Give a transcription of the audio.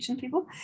people